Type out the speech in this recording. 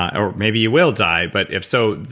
or maybe you will die but if so,